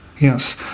Yes